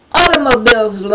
automobiles